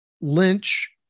lynch